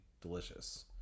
delicious